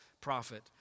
prophet